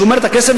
שומר את הכסף,